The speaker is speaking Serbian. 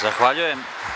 Zahvaljujem.